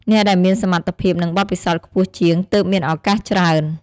អ្នកដែលមានសមត្ថភាព និងបទពិសោធន៍ខ្ពស់ជាង ទើបមានឱកាសច្រើន។